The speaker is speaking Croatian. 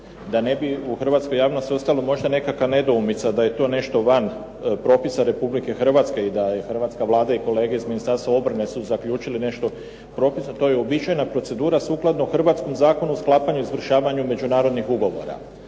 Da ne bi u hrvatskoj javnosti ostalo možda nekakva nedoumica da je to nešto van propisa Republike Hrvatske i da je Hrvatska Vlada i kolege iz Ministarstva obrane su zaključili nešto propisno, to je uobičajena procedura sukladno hrvatskom Zakonu o sklapanju i izvršavanju međunarodnih ugovora.